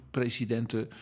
presidenten